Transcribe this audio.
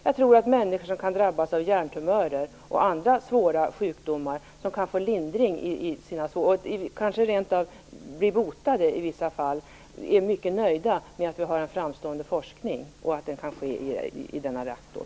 Jag tror att människor som drabbas av hjärntumörer och andra svåra sjukdomar, och som kan få lindring, och kanske rent av bli botade i vissa fall, är mycket nöjda med att vi har en framstående forskning som kan ske i denna reaktor.